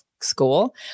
school